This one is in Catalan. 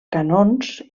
canons